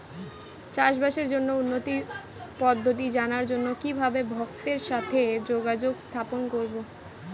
চাষবাসের জন্য উন্নতি পদ্ধতি জানার জন্য কিভাবে ভক্তের সাথে যোগাযোগ স্থাপন করব?